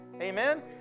Amen